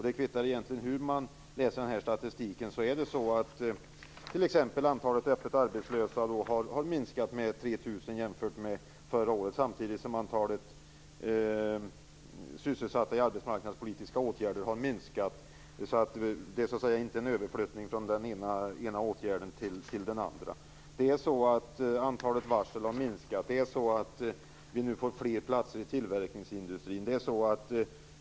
Det kvittar egentligen hur man läser den här statistiken, det är ändå så att t.ex. antalet öppet arbetslösa har minskat med 3 000 jämfört med förra året. Samtidigt har även antalet sysselsatta i arbetsmarknadspolitiska åtgärder minskat. Det är alltså inte en överflyttning från den ena åtgärden till den andra. Det är så att antalet varsel har minskat. Vi får nu fler platser i tillverkningsindustrin.